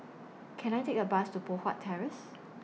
Can I Take A Bus to Poh Huat Terrace